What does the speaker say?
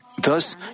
Thus